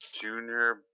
Junior